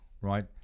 right